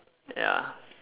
ya